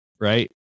Right